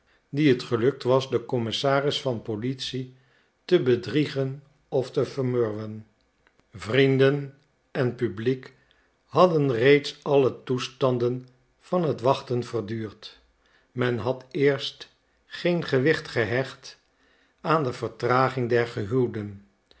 die het gelukt was den commissaris van politie te bedriegen of te vermurwen vrienden en publiek hadden reeds alle toestanden van het wachten verduurd men had eerst geen gewicht gehecht aan de vertraging der gehuwden